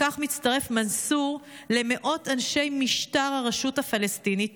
וכך מצטרף מנסור למאות אנשי משטר הרשות הפלסטינית